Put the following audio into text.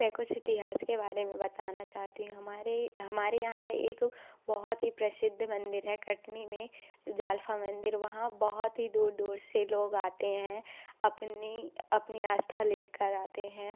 मैं कुछ इतिहास के बारे में बताना चाहती हूँ हमारे हमारे यहाँ एक बहुत ही प्रसिद्ध मंदिर है कटनी में जालपा मंदिर वहाँ बहुत ही दूर दूर से लोग आते हैं अपनी अपनी आस्था लेकर आते हैं